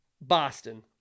Boston